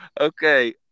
Okay